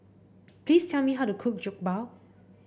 please tell me how to cook Jokbal